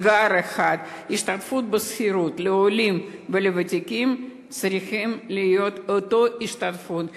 אתגר אחד: השתתפות בשכירות לעולים ולוותיקים צריכה להיות אותה השתתפות,